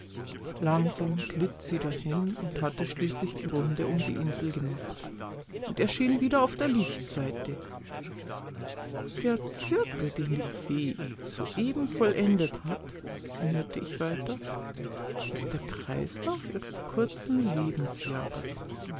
langsam glitt sie dahin und hatte schließlich die runde um die insel gemacht und erschien wieder auf der lichtseite der zirkel den die fee soeben vollendet hat sinnierte ich weiter ist der kreislauf ihres kurzen